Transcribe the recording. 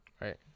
Right